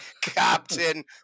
Captain